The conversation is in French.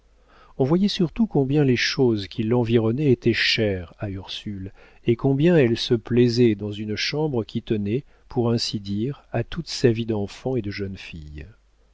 on voyait surtout combien les choses qui l'environnaient étaient chères à ursule et combien elle se plaisait dans une chambre qui tenait pour ainsi dire à toute sa vie d'enfant et de jeune fille